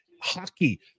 hockey